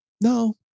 no